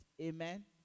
Amen